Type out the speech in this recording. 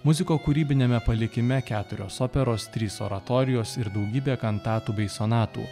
muziko kūrybiniame palikime keturios operos trys oratorijos ir daugybė kantatų bei sonatų